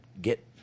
get